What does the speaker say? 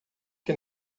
que